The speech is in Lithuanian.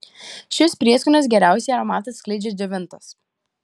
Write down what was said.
šis prieskonis geriausiai aromatą skleidžia džiovintas